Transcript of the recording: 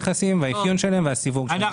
האפיון והסיווג של נכסים.